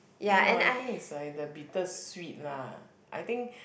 no I think is like the bitter sweet lah I think